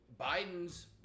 Biden's